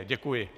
Děkuji.